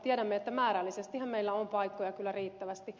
tiedämme että määrällisestihän meillä on paikkoja kyllä riittävästi